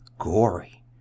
gory